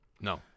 No